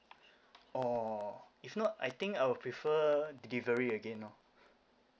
oh if not I think I would prefer delivery again loh